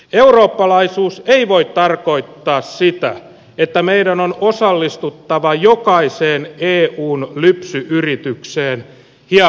eurooppalaisuus ei voi tarkoittaa sitä että meidän on osallistuttava jokaiseen eun lypsy yritykseen hievahtamatta